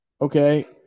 okay